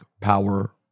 Power